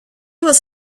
was